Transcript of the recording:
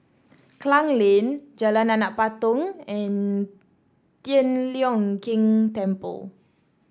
Klang Lane Jalan Anak Patong and Tian Leong Keng Temple